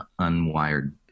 unwired